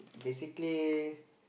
basically